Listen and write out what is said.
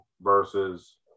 versus